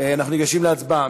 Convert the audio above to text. אנחנו ניגשים להצבעה.